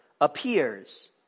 appears